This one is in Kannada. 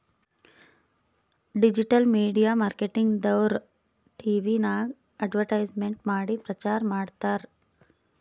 ಡಿಜಿಟಲ್ ಮೀಡಿಯಾ ಮಾರ್ಕೆಟಿಂಗ್ ದವ್ರು ಟಿವಿನಾಗ್ ಅಡ್ವರ್ಟ್ಸ್ಮೇಂಟ್ ಮಾಡಿ ಪ್ರಚಾರ್ ಮಾಡ್ತಾರ್